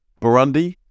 Burundi